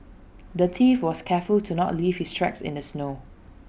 the thief was careful to not leave his tracks in the snow